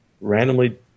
randomly